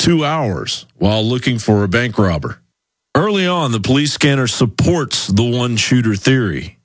two hours while looking for a bank robber early on the police scanner supports the one shooter theory